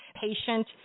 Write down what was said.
patient